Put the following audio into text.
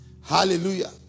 Hallelujah